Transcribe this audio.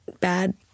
bad